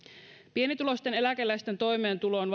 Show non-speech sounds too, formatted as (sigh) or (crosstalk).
pienituloisten eläkeläisten toimeentuloon (unintelligible)